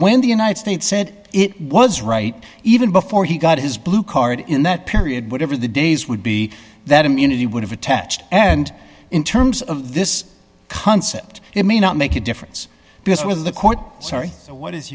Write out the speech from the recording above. when the united states said it was right even before he got his blue card in that period whatever the days would be that immunity would have attached and in terms of this concept it may not make a difference because one of the court sorry what is